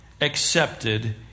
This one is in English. accepted